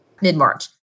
mid-March